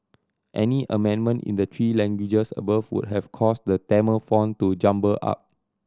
any amendment in the three languages above have caused the Tamil font to jumble up